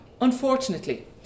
Unfortunately